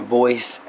voice